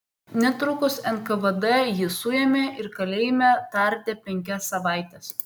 netrukus nkvd jį suėmė ir kalėjime tardė penkias savaites